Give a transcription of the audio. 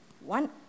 one